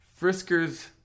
Frisker's